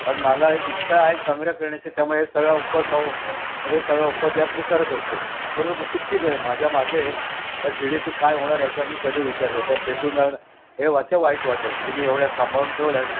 पण मला इच्छा आहे संग्रह करण्याचे त्यामुळे हे सगळा उपसाव हे सगळा उपद्व्याप मी करत असतो परंतु किती दय माझ्या मागे या सि डीचं काय होणार याचा मी कधी विचार येता फेकून हे वाचं वाईट वाटयचं की मी एवढ्या सांभाळून ठेवल्या आहेत